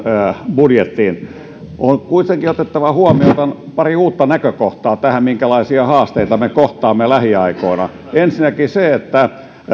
budjettiin on kuitenkin otettava huomioon pari uutta näkökohtaa tähän minkälaisia haasteita me kohtaamme lähiaikoina ensinnäkin se että